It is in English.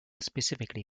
specifically